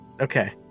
Okay